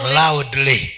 loudly